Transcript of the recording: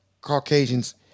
Caucasians